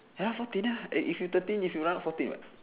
ya fourteen ya eh if you thirteen you round up fourteen [what]